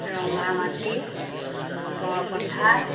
Rangamati Borpathar